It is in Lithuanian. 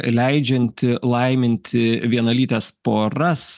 leidžiantį laiminti vienalytes poras